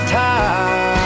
time